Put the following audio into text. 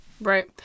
Right